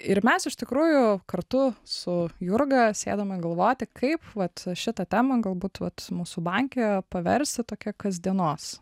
ir mes iš tikrųjų kartu su jurga sėdome galvoti kaip vat šitą temą galbūt vat mūsų banke paversti tokia kasdienos